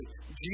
Jesus